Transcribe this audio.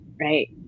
right